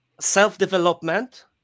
self-development